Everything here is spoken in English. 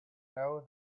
know